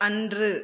அன்று